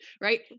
right